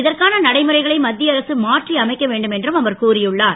இதற்கான நடைமுறைகளை மத் ய அரசு மாற்றி அமைக்க வேண்டும் என்றும் அவர் கூறியுள்ளார்